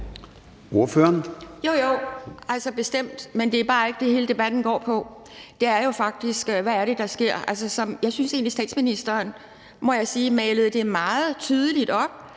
Jo, jo, bestemt, men det er bare ikke det, hele debatten går på. Den går jo faktisk på, hvad det er, der sker. Jeg synes egentlig, at statsministeren, må jeg sige, malede det meget tydeligt op